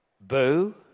boo